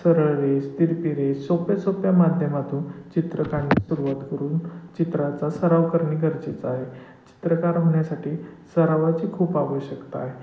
सरळ रेष तिरपी रेष सोप्या सोप्या माध्यमातून चित्र काढणे सुरुवात करून चित्राचा सराव करणे गरजेचं आहे चित्रकार होण्यासाठी सरावाची खूप आवश्यकता आहे